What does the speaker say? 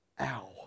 Ow